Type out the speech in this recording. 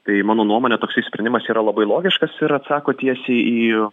tai mano nuomone toksai sprendimas yra labai logiškas ir atsako tiesiai į